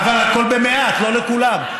והכול, אבל הכול במעט, לא לכולם.